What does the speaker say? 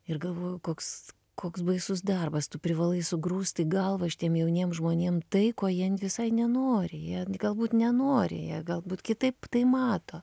ir galvojau koks koks baisus darbas tu privalai sugrūst į galvą šitiem jauniem žmonėm tai ko jie visai nenori jie galbūt nenori jie galbūt kitaip tai mato